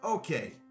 Okay